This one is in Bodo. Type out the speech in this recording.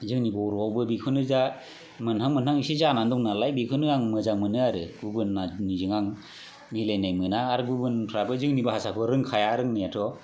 जोंनि बर'आवबो बेखौनो जा इसे मोनहां मोनहां जानानै दङनालाय बेखौनो आङो मोजां मोनो आरो गुबुननिजों मिलायनाय मोना आरो गुबुनफ्राबो जोंनि भाषाखौ रोंखाया रोंनायाथ'